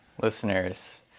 listeners